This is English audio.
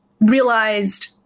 realized